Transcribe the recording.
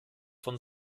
von